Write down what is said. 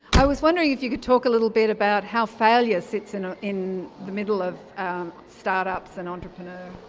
i was wondering if you could talk a little bit about how failure sits in ah in the middle of startups and entrepreneur.